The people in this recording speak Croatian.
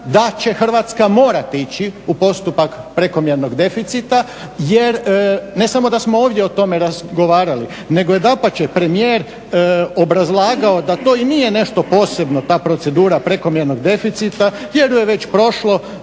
da će Hrvatska morati ići u postupak prekomjernog deficita jer ne samo da smo ovdje o tome razgovarali, nego je dapače premijer obrazlagao da to i nije nešto posebno, ta procedura prekomjernog deficita jer je već prošlo